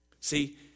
See